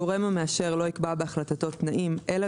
הגורם המאשר לא ייקבע בהחלטתו תנאים אלא